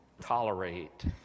tolerate